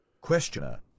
questioner